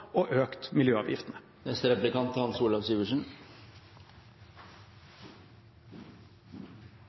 og økt miljøavgiftene.